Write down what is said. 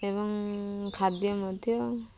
ଏବଂ ଖାଦ୍ୟ ମଧ୍ୟ